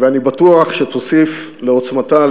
ואני בטוח שתוסיף לעוצמתה,